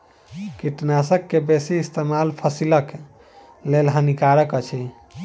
कीटनाशक के बेसी इस्तेमाल फसिलक लेल हानिकारक अछि